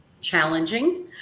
challenging